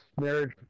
marriage